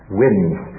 wins